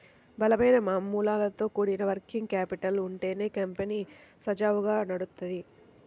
బలమైన మూలాలతో కూడిన వర్కింగ్ క్యాపిటల్ ఉంటేనే కంపెనీ సజావుగా నడుత్తది